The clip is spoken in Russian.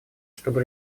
чтобы